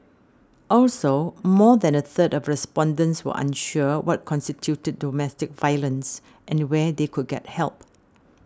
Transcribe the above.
also more than a third of respondents were unsure what constituted domestic violence and where they could get help